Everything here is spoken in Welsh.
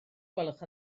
gwelwch